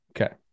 Okay